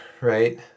right